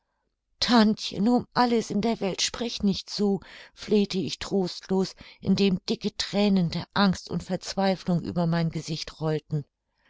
tantchen um alles in der welt sprich nicht so flehte ich trostlos indem dicke thränen der angst und verzweiflung über mein gesicht rollten